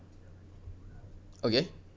okay